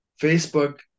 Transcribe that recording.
Facebook